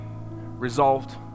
resolved